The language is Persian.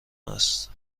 است